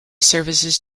services